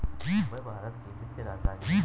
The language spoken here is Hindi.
मुंबई भारत की वित्तीय राजधानी है